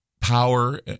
power